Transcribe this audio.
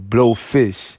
Blowfish